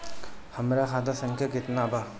हमरा खाता संख्या केतना बा?